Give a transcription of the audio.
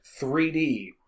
3D